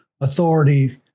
authority